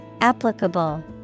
Applicable